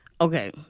Okay